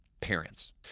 parents